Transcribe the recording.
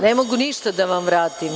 Ne mogu ništa da vam vratim.